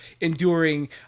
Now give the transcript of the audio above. enduring